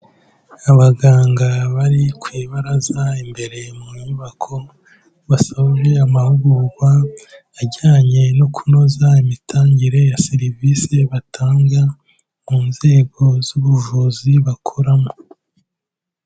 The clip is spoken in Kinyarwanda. Abaganga bari ku ibaraza imbere mu nyubako basoje amahugurwa ajyanye no kunoza imitangire ya serivise batanga mu nzego z'ubuvuzi bakoramo.